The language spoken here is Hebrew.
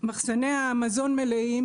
מחסני המזון מלאים,